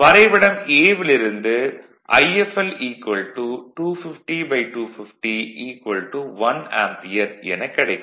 vlcsnap 2018 11 05 10h16m03s73 வரைபடம் A வில் இருந்து If1 250250 1 ஆம்பியர் எனக் கிடைக்கும்